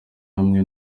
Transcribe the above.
ahamwe